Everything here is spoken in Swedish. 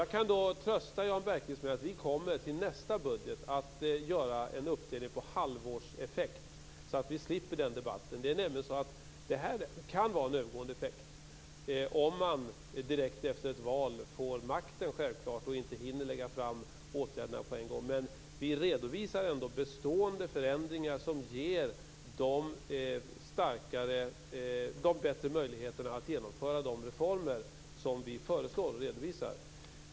Jag kan då trösta Jan Bergqvist med att vi till nästa budget kommer att göra en uppdelning med halvårseffekt, så att vi slipper den debatten. Det är nämligen så att det här självfallet kan vara en övergående effekt om man direkt efter ett val får makten och inte hinner lägga fram förslag till åtgärder på en gång. Men vi redovisar ändå bestående förändringar som ger bättre möjligheter att genomföra de reformer som vi föreslår och redovisar.